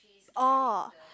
oh